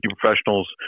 professionals